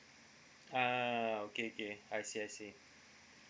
ah okay okay I see I see